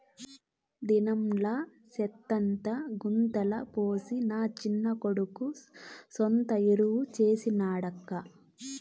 దినంలా సెత్తంతా గుంతల పోసి నా చిన్న కొడుకు సొంత ఎరువు చేసి నాడక్కా